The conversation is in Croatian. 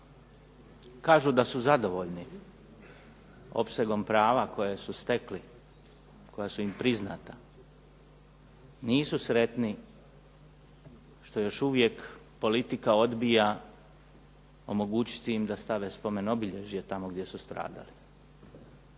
kažu da su zadovoljni opsegom prava koje su stekli, koja su im priznata. Nisu sretni što još uvijek politika odbija omogućiti im da stave spomen obilježja tamo gdje su stradali.